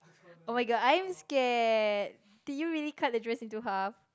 oh-my-god I am scared did you really cut the dress into half